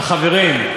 החברים.